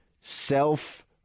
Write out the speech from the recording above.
self